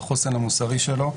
בחוסן המוסרי שלו,